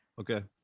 Okay